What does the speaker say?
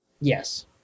Yes